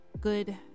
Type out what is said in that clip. good